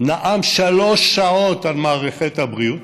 נאם שלוש שעות על מערכת הבריאות,